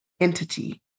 entity